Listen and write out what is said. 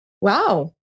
wow